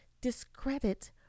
discredit